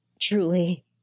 Truly